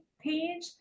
page